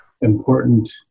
important